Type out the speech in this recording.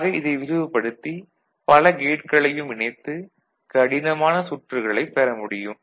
ஆக இதை விரிவுபடுத்தி பல கேட்களையும் இணைத்து கடினமான சுற்றுகளைப் பெற முடியும்